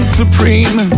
supreme